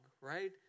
right